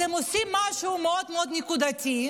אתם עושים משהו מאוד מאוד נקודתי,